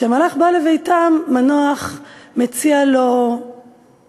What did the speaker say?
כשהמלאך בא לביתם מנוח מציע לו בשר,